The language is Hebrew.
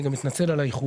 אני גם מתנצל על האיחור.